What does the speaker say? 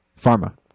Pharma